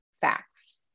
facts